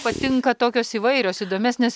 patinka tokios įvairios įdomesnės